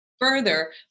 further